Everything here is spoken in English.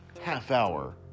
half-hour